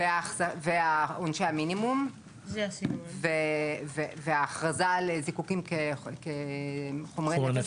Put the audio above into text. עונשי המינימום וההכרזה על זיקוקים כחומרי נפץ.